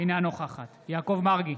אינה נוכחת יעקב מרגי,